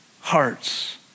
hearts